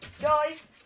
Guys